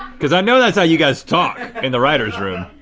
cause i know that's how you guys talk in the writers room.